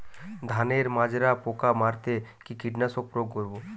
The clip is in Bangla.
ধানের মাজরা পোকা মারতে কি কীটনাশক প্রয়োগ করব?